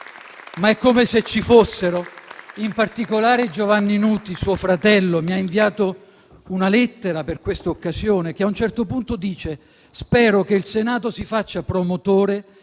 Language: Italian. ma è come se ci fossero. In particolare Giovanni Nuti, suo fratello, mi ha inviato una lettera per questa occasione, nella quale a un certo punto dice: "Spero che il Senato si faccia promotore